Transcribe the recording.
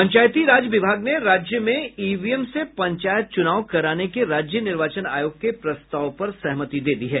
पंचायती राज विभाग ने राज्य में ईवीएम से पंचायत चुनाव कराने के राज्य निर्वाचन आयोग के प्रस्ताव पर सहमति दे दी है